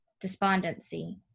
despondency